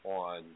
on